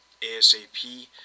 ASAP